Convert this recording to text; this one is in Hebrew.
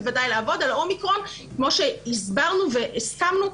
בוודאי על ה-אומיקרון כמו שהסברנו והסכמנו.